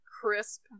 crisp